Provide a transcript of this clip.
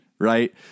right